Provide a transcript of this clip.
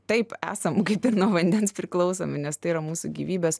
taip esam kaip ir nuo vandens priklausomi nes tai yra mūsų gyvybės